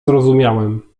zrozumiałem